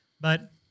but-